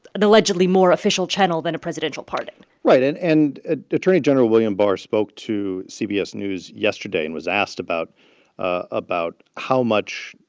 an allegedly more official channel than a presidential pardon right. and and ah attorney general william barr spoke to cbs news yesterday. and was asked about about how much,